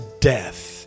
death